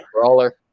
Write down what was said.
Brawler